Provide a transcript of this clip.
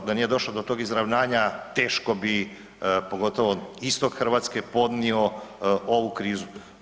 Da nije došlo do tog izravnanja, teško bi, pogotovo istok Hrvatske podnio ovu krizu.